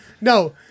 No